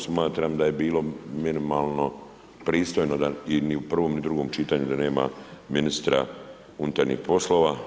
Smatram da je bilo minimalno pristojno da ni u prvom ni drugom čitanju da nema ministra unutarnjih poslova.